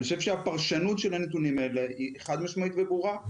אני חושב שהפרשנות של הנתונים האלה היא חד משמעית וברורה,